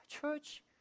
Church